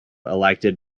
elected